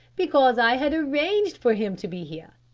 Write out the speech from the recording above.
because i had arranged for him to be here.